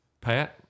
Pat